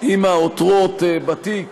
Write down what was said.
עם העותרות בתיק